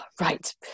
Right